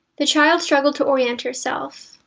the child struggled to orient herself.